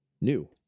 new